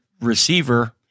receiver